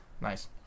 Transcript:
nice